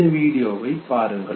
இந்த வீடியோவை பாருங்கள்